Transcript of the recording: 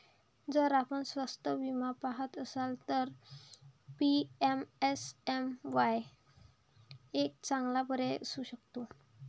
जर आपण स्वस्त विमा पहात असाल तर पी.एम.एस.एम.वाई एक चांगला पर्याय असू शकतो